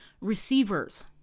receivers